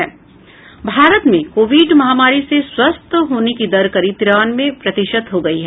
भारत में कोविड महामारी से स्वस्थ होने की दर करीब तिरानवे प्रतिशत हो गई है